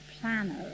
planner